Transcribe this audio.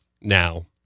Now